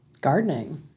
Gardening